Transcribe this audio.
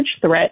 threat